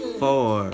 four